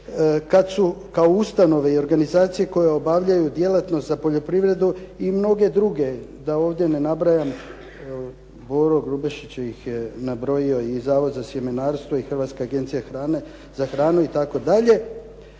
kad su kao ustanove i organizacije koje obavljaju djelatnost za poljoprivredu i mnoge druge da ovdje ne nabrajam Boro Grubišić ih je nabrojio i Zavod za sjemenarstvo i Hrvatska agencija za hranu itd.